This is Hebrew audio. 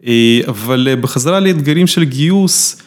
אבל בחזרה לאתגרים של גיוס.